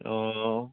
অঁ